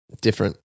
Different